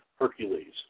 Hercules